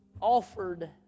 offered